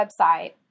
website